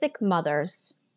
mothers